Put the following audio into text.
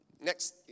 Next